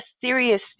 serious